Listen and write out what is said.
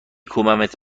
کوبمت